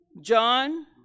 John